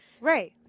Right